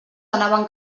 anaven